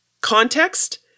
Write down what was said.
context